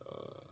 uh